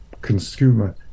consumer